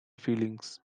feelings